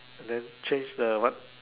and then change the what